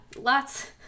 lots